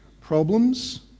Problems